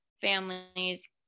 families